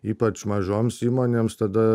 ypač mažoms įmonėms tada